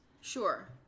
sure